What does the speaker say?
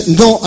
no